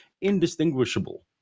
indistinguishable